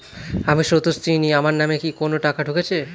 আমি স্রোতস্বিনী, আমার নামে কি কোনো টাকা ঢুকেছে?